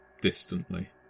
distantly